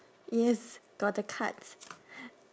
yes got the cards